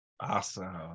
Awesome